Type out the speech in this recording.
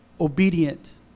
obedient